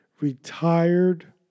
retired